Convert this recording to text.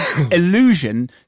illusion